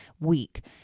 week